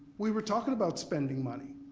we were talking about spending money.